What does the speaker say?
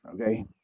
Okay